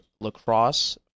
Lacrosse